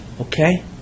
Okay